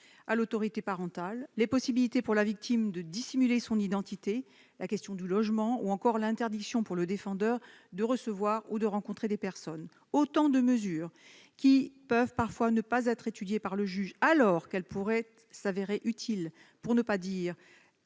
à l'autorité parentale et pour celles permettant à la victime de dissimuler son identité, mais aussi pour ce qui concerne le logement ou l'interdiction pour le défendeur de recevoir ou de rencontrer des personnes, autant de mesures qui peuvent parfois ne pas être étudiées par le juge, alors qu'elles pourraient s'avérer utiles, pour ne pas dire